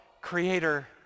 creator